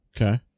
Okay